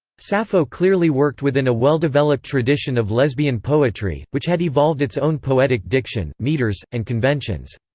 sappho clearly worked within a well-developed tradition of lesbian poetry, which had evolved its own poetic diction, meters, and conventions.